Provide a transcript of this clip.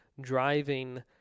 driving